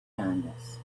kindness